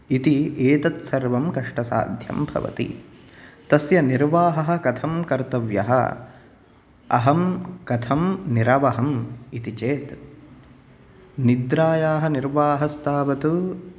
इति एतत् सर्वं कष्टसाध्यं भवति तस्य निर्वाहः कथं कर्तव्यः अहं कथं निरवहम् इति चेत् निद्रायाः निर्वाहस्तावत्